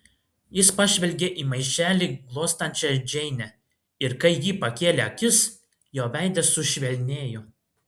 jis pažvelgė į maišelį glostančią džeinę ir kai ji pakėlė akis jo veidas sušvelnėjo